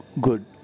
good